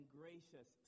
gracious